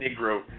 Negro